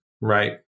right